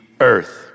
earth